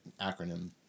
acronym